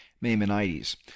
maimonides